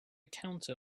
counter